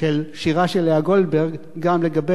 של שירה של לאה גולדברג גם לגבי